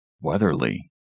Weatherly